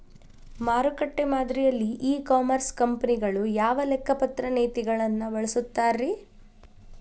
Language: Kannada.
ಮಾರುಕಟ್ಟೆ ಮಾದರಿಯಲ್ಲಿ ಇ ಕಾಮರ್ಸ್ ಕಂಪನಿಗಳು ಯಾವ ಲೆಕ್ಕಪತ್ರ ನೇತಿಗಳನ್ನ ಬಳಸುತ್ತಾರಿ?